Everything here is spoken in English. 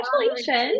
congratulations